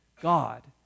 God